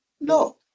No